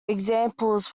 examples